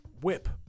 whip